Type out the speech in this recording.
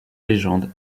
légende